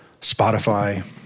Spotify